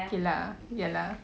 okay lah ya lah